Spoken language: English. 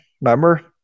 Remember